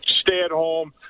stay-at-home